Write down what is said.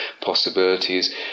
possibilities